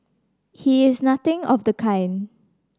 he is nothing of the kind